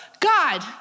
God